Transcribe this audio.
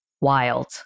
wild